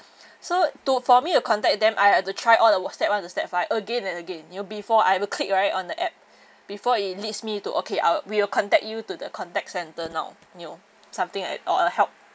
so to for me to contact them I have to try all the wh~ step one to step five again and again you know before I have to click right on the app before it leads me to okay I'll we will contact you to the contact centre now you know something like or a help